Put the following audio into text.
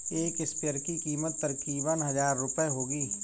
एक स्प्रेयर की कीमत तकरीबन हजार रूपए होगी